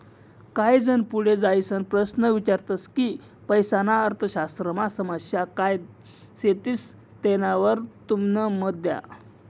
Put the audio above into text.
काही जन पुढे जाईसन प्रश्न ईचारतस की पैसाना अर्थशास्त्रमा समस्या काय शेतीस तेनावर तुमनं मत द्या